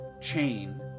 chain